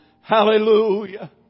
Hallelujah